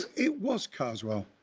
it was carswell.